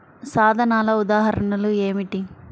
సాధనాల ఉదాహరణలు ఏమిటీ?